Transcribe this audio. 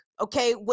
okay